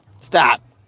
Stop